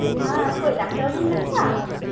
ᱦᱮᱸ ᱚᱠᱚᱭ ᱰᱟᱠᱛᱟᱨ ᱵᱟᱵᱩᱢ ᱢᱮᱱ ᱮᱫᱟ